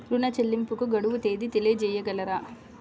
ఋణ చెల్లింపుకు గడువు తేదీ తెలియచేయగలరా?